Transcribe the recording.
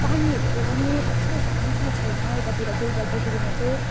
पानीहरूको पनि त्यस्तो दुःख छैन यतातिर चाहिँ जलपाइगुडीमा चाहिँ